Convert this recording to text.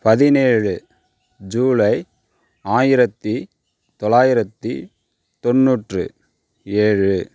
பதினேழு ஜூலை ஆயிரத்தி தொள்ளாயிரத்தி தொண்ணூற்று ஏழு